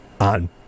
on